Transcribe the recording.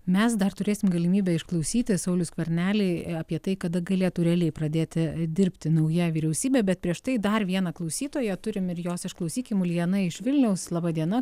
mes dar turėsim galimybę išklausyti saulių skvernelį apie tai kada galėtų realiai pradėti dirbti nauja vyriausybė bet prieš tai dar vieną klausytoją turim ir jos išklausykim uljana iš vilniaus laba diena